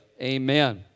Amen